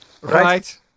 right